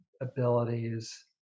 abilities